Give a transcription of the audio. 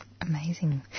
Amazing